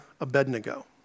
Abednego